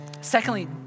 Secondly